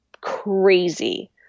crazy